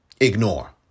ignore